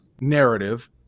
narrative